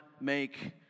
make